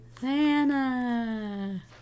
Santa